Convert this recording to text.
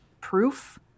proof